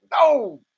no